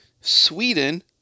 Sweden